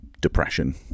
depression